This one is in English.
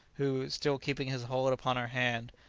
who, still keeping his hold upon her hand,